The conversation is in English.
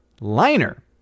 Liner